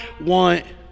want